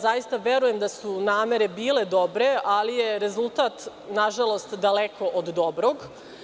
Zaista verujem da su namere bile dobre, ali je rezultat nažalost daleko od dobrog.